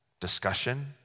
Discussion